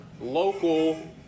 local